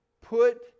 put